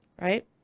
Right